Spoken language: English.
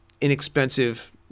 inexpensive